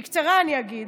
בקצרה, אני אגיד: